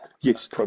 Yes